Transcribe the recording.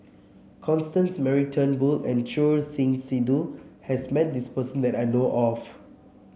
Constance Mary Turnbull and Choor Singh Sidhu has met this person that I know of